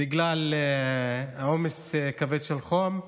בגלל העומס הכבד של החום,